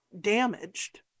damaged